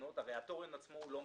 האנטנות הרי התורן עצמו לא משדר,